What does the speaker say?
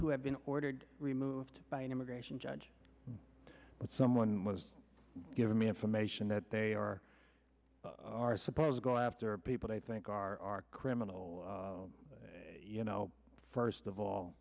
who have been ordered removed by an immigration judge but someone was giving me information that they are are supposed to go after people they think are criminal you know first of all